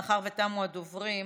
מאחר שתמו הדוברים,